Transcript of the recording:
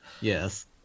Yes